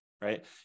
right